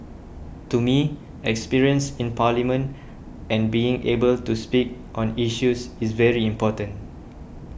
to me experience in Parliament and being able to speak on issues is very important